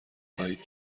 خواهید